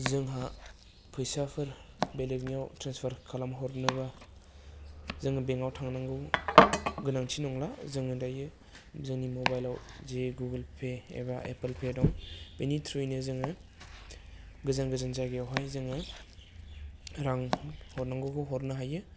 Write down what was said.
जोंहा फैसाफोर बेलेगनियाव ट्रेन्सफार खालामहरनोबा जोङो बेंकआव थांनांगौ गोनांथि नंला जोङो दायो जोंनि मबाइलाव जे गुगोल पे एबा एपोल पे दं बिनि ट्रुयैनो जोङो गोजान गोजान जायगायावहाय जोङो रां हरनांगौखौ हरनो हायो